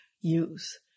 use